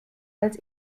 als